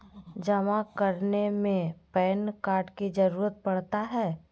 जमा करने में पैन कार्ड की जरूरत पड़ता है?